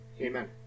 Amen